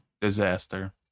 Disaster